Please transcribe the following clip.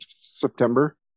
September